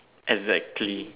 exactly